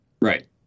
Right